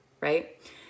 Right